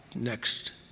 next